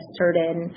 certain